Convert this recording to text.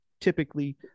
typically